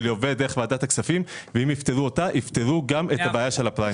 אם יפתרו אותה, יפתרו גם את הבעיה של הפריים.